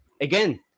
again –